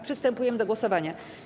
Przystępujemy do głosowania.